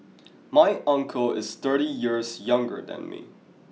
my uncle is thirty years younger than me